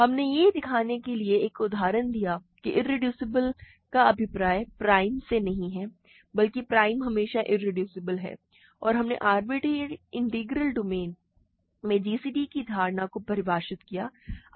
हमने यह दिखाने के लिए एक उदाहरण दिया है कि इरेड्यूसिबल का अभिप्राय प्राइम से नहीं है बल्कि प्राइम हमेशा इरेड्यूसिबल है और हमने आरबिटरेरी इंटीग्रल डोमेन में gcd की धारणा को परिभाषित किया है